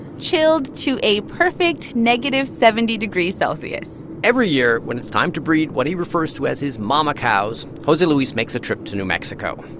chilled to a perfect negative seventy degrees celsius every year, when it's time to breed what he refers to as his mama cows, jose luis makes a trip to new mexico.